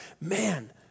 man